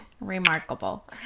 remarkable